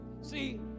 see